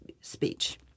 speech